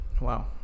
wow